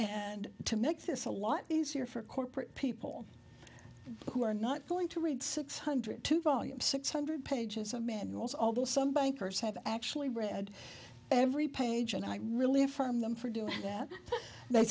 and to make this a lot easier for corporate people who are not going to read six hundred two volumes six hundred pages a manuals although some bankers have actually read every page and i really affirm them for doing that they